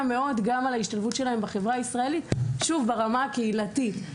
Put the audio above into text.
מאוד גם על ההשתלבות שלהם בחברה הישראלית ברמה הקהילתית.